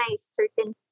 certain